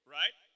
right